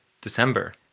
December